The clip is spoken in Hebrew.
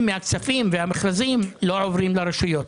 מן הכספים והמכרזים לא עוברים לרשויות.